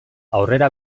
aurrera